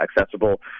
accessible